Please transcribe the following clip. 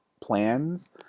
plans